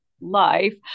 life